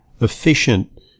efficient